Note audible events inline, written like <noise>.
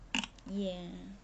<noise> ya